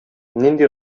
нинди